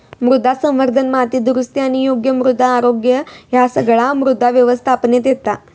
मृदा संवर्धन, माती दुरुस्ती आणि योग्य मृदा आरोग्य ह्या सगळा मृदा व्यवस्थापनेत येता